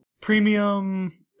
Premium